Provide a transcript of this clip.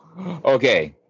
Okay